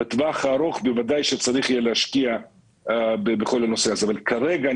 בטווח הארוך בוודאי שצריך יהיה להשקיע בכל הנושא הזה אבל כרגע,